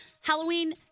Halloween